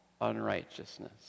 unrighteousness